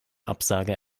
absage